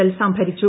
L സംഭരിച്ചു